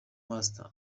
master